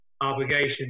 obligations